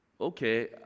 Okay